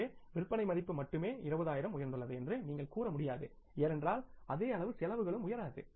எனவே விற்பனை மதிப்பு மட்டுமே 20 ஆயிரம் உயர்ந்துள்ளது என்று நீங்கள் கூற முடியாது ஏனென்றால் அதே அளவு செலவுகள் உயராது